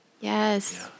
Yes